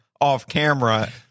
off-camera